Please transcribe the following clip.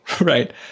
right